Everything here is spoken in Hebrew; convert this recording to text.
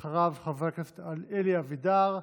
אחריו, חבר הכנסת אלי אבידר,